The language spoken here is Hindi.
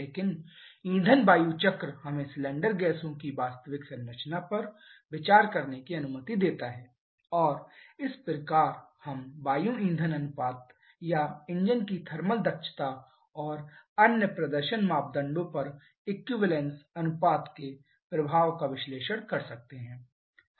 लेकिन ईंधन वायु चक्र हमें सिलेंडर गैसों की वास्तविक संरचना पर विचार करने की अनुमति देता है और इस प्रकार हम वायु ईंधन अनुपात या इंजन की थर्मल दक्षता और अन्य प्रदर्शन मापदंडों पर इक्विवेलेंस अनुपात के प्रभाव का विश्लेषण कर सकते हैं